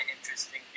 interesting